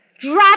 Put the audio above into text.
Drop